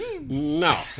no